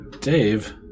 Dave